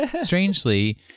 Strangely